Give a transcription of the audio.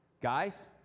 guys